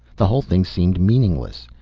the whole thing seemed meaningless.